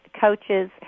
coaches